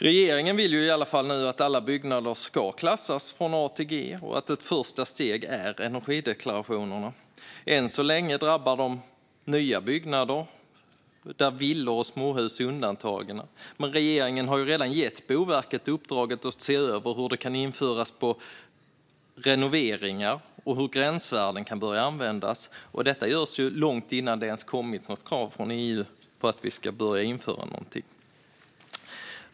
Regeringen vill i alla fall att alla byggnader ska klassas från A till G, och ett första steg är energideklarationerna. Än så länge drabbar de bara nya byggnader, där villor och småhus är undantagna, men regeringen har redan gett Boverket i uppdrag att se över hur det kan införas för renoveringar och hur gränsvärden kan börja användas. Detta görs långt innan det ens har kommit något krav från EU på att vi ska börja införa något.